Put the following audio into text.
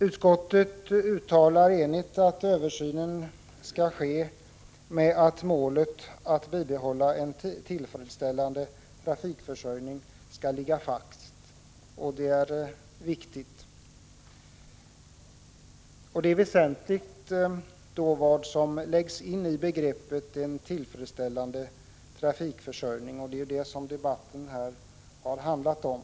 Utskottet uttalar enigt att översynen skall ske med utgångspunkten att målet att bibehålla en tillfredsställande transportförsörjning skall ligga fast. Det är viktigt. Det är också väsentligt vad som då läggs in i begreppet ”en tillfredsställande transportförsörjning”, vilket debatten här har handlat om.